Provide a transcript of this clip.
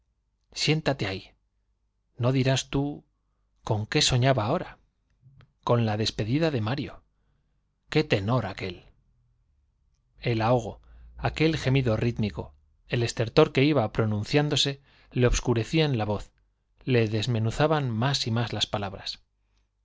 siéntate ahí n o dirías tú soñaba con qué ahora con la de mario despedida j qué tenor aquél el ahogo aquel gemido rítmico el estertor que iba pronunciándose le obscurecían la voz le desmenu zaban más y más las palabras ah